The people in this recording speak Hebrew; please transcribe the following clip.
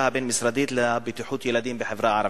הבין-משרדית לבטיחות ילדים בחברה הערבית.